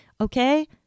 okay